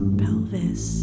pelvis